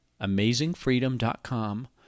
Amazingfreedom.com